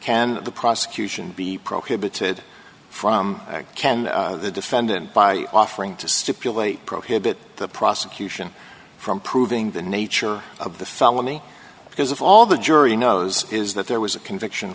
can the prosecution be prohibited from can the defendant by offering to stipulate prohibit the prosecution from proving the nature of the felony because of all the jury knows is that there was a conviction